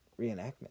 Reenactment